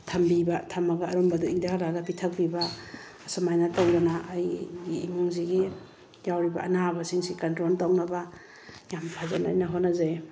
ꯊꯝꯕꯤꯕ ꯊꯝꯂꯒ ꯑꯔꯨꯝꯕꯗꯨ ꯏꯪꯗꯍꯜꯂꯒ ꯄꯤꯊꯛꯄꯤꯕ ꯑꯁꯨꯝ ꯍꯥꯏꯅ ꯇꯧꯗꯨꯅ ꯑꯩꯒꯤ ꯏꯃꯨꯡꯁꯤꯒꯤ ꯌꯥꯎꯔꯤꯕ ꯑꯅꯥꯕꯁꯤꯡꯁꯤ ꯀꯟꯇ꯭ꯔꯣꯜ ꯇꯧꯅꯕ ꯌꯥꯝ ꯐꯖꯅ ꯑꯩꯅ ꯍꯣꯠꯅꯖꯩ